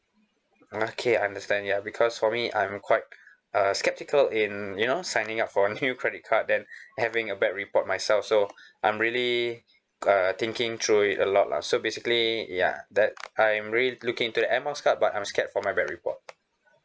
okay understand ya because for me I'm quite uh skeptical in you know signing up for a new credit card then having a bad report myself so I'm really uh thinking through it a lot lah so basically ya that I'm really looking into the air miles card but I'm scared for my bad report